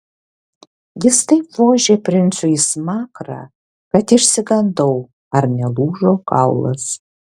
jis taip vožė princui į smakrą kad išsigandau ar nelūžo kaulas